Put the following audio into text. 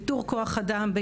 איתור כוח אדם,